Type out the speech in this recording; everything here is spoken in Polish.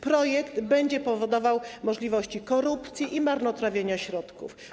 Projekt będzie powodował możliwości korupcji i marnotrawienia środków.